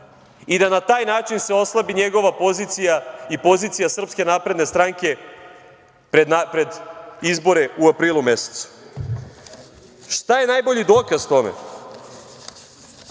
i da na taj način se oslabi njegova pozicija i pozicija Srpske napredne stranke pred izbore u aprilu mesecu. Šta je najbolji dokaz tome?